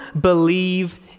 believe